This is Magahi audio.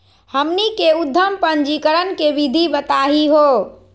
हमनी के उद्यम पंजीकरण के विधि बताही हो?